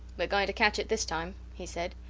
were going to catch it this time, he said.